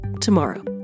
tomorrow